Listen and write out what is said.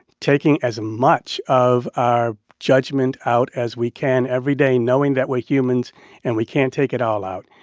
taking as much of our judgment out as we can every day, knowing that we're humans and we can't take it all out,